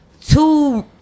two